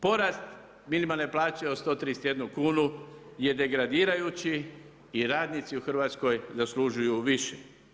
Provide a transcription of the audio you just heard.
Porast minimalne plaće od 131 kunu je degradirajući i radnici u Hrvatskoj zaslužuju više.